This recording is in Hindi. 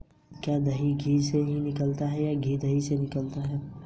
पौधों के लिए मिट्टी के प्रकार क्या हैं?